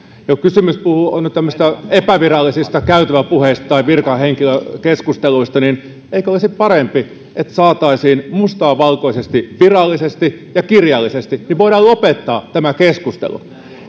kysymys kuuluu että kun on nyt tämmöisiä epävirallisia käytäväpuheita tai virkahenkilökeskusteluita niin eikö olisi parempi että saataisiin mustaa valkoisella virallisesti ja kirjallisesti niin että voidaan lopettaa tämä keskustelu